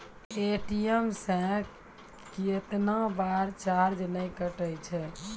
ATM से कैतना बार चार्ज नैय कटै छै?